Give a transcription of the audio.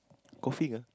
coffee lah